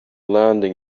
landing